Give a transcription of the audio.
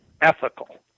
ethical